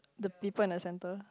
the people in the center